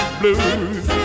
blues